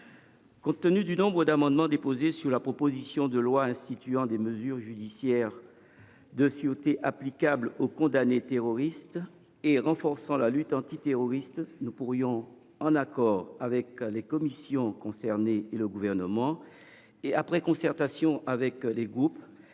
compte tenu du nombre d’amendements déposés sur la proposition de loi instituant des mesures judiciaires de sûreté applicables aux condamnés terroristes et renforçant la lutte antiterroriste, nous pourrions, en accord avec les commissions concernées et le Gouvernement, et après concertation avec les groupes